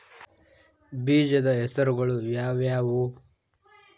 ಬೇಜದ ಹೆಸರುಗಳು ಯಾವ್ಯಾವು?